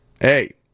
hey